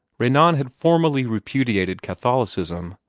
renan had formally repudiated catholicism,